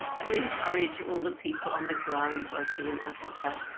to encourage all the people on the ground working in africa.